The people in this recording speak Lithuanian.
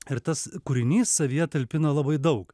ir tas kūrinys savyje talpina labai daug